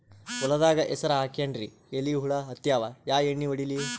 ಹೊಲದಾಗ ಹೆಸರ ಹಾಕಿನ್ರಿ, ಎಲಿ ಹುಳ ಹತ್ಯಾವ, ಯಾ ಎಣ್ಣೀ ಹೊಡಿಲಿ?